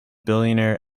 billionaire